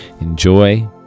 Enjoy